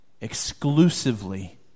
exclusively